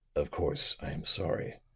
of course i am sorry